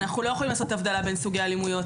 אנחנו לא יכולים לעשות הבדלה בין סוגי אלימות,